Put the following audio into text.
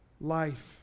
life